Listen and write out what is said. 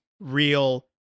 real